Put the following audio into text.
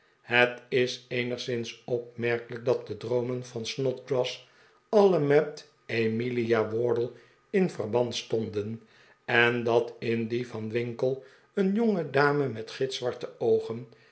het is eenigszins opmerkelijk dat de droomen van snodgrass alle met emilia wardle in verband stonden en dat in die van winkle een jongedame met gitzwarte oogen